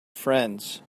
friends